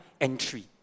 entry